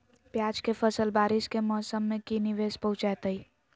प्याज के फसल बारिस के मौसम में की निवेस पहुचैताई?